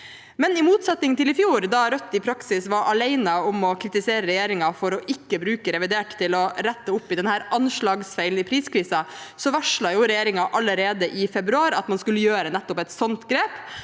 Men i motsetning til i fjor, da Rødt i praksis var alene om å kritisere regjeringen for ikke å bruke revidert til å rette opp i denne anslagsfeilen i priskrisen, varslet regjeringen allerede i februar at man skulle gjøre nettopp et sånt grep.